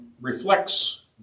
reflects